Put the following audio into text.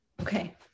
Okay